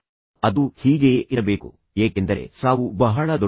ಮತ್ತು ಅದು ಹೀಗೆಯೇ ಇರಬೇಕು ಏಕೆಂದರೆ ಸಾವು ಬಹಳ ದೊಡ್ಡದು